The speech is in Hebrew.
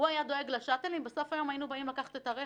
הוא היה דואג לשאטלים ובסוף היום היינו באים לקחת את הרכב.